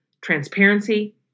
transparency